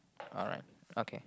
alright okay